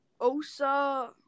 Osa